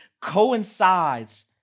coincides